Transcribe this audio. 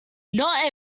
not